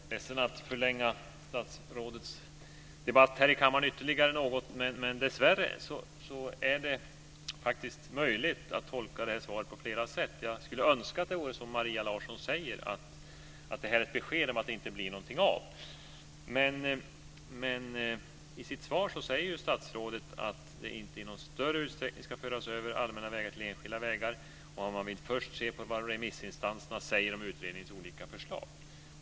Fru talman! Jag är ledsen att förlänga statsrådets debatt här i kammaren ytterligare något, men dessvärre är det faktiskt möjligt att tolka det här svaret på flera sätt. Jag skulle önska att det vore som Maria Larsson säger, att det här är ett besked om att det inte blir någonting av, men i sitt svar säger ju statsrådet att det inte i någon större utsträckning ska föras över allmänna vägar till enskilda vägar, och man vill först se vad remissinstanserna säger om utredningens olika förslag.